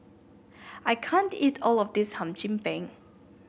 I can't eat all of this Hum Chim Peng